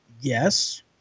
Yes